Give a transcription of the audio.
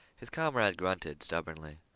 his comrade grunted stubbornly.